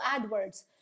AdWords